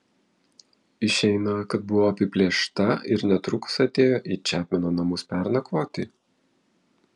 išeina kad buvo apiplėšta ir netrukus atėjo į čepmeno namus pernakvoti